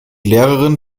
lehrerin